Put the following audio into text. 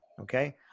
okay